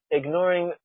ignoring